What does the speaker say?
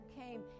came